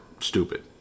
stupid